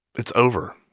it's over,